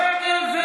שקר וכזב.